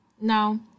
Now